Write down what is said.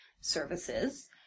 services